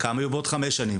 כמה יהיו בעוד 5 שנים?